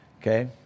Okay